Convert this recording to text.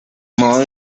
modo